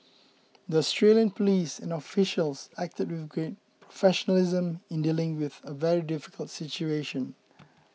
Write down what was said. the Australian police and officials acted with great professionalism in dealing with a very difficult situation